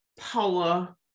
power